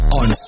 on